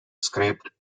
script